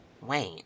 Wait